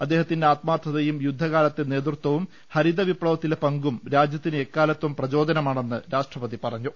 അദ്ദേഹത്തിന്റെ ആത്മാർത്ഥതയും യുദ്ധകാലത്തെ നേതൃത്വവും ഹരിത വിപ്ലവത്തിലെ പങ്കും രാജ്യത്തിന് എക്കാലത്തും പ്രചോദ നമാണെന്ന് രാഷ്ട്രപതി പറഞ്ഞു